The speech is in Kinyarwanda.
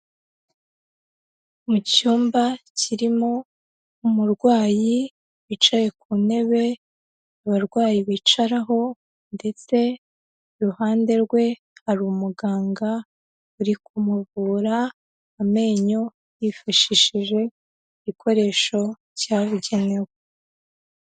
Mu cyumba kirimo umurwayi wicaye ku ntebe abarwayi bicaraho ndetse iruhande rwe, hari umuganga uri kumuvura amenyo yifashishije igikoresho cyabigenewe.